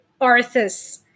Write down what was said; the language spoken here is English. Arthas